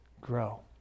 grow